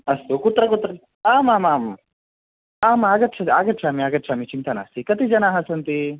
अस्तु कुत्र कुत्र आमामाम् आम् आगच्छतु आगच्छामि आगच्छामि चिन्ता नास्ति कति जनाः सन्ति